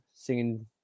singing